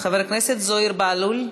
חבר הכנסת זוהיר בהלול,